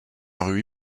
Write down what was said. rui